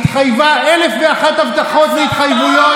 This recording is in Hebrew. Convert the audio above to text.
התחייבה אלף ואחת הבטחות והתחייבויות,